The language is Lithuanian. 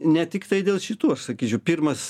ne tiktai dėl šitų aš sakyčiau pirmas